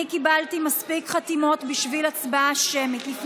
אני קיבלתי מספיק חתימות בשביל הצבעה שמית, 20